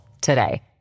today